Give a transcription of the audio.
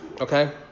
Okay